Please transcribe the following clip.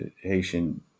Haitian